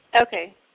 Okay